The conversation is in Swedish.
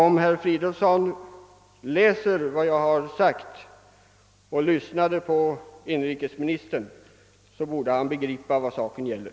Om herr Fridolfsson i Stockholm läst vad jag skrivit och lyssnat till vad inrikesministern sagt, så borde han ha begripit vad saken gäller.